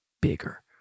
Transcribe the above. bigger